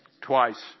Twice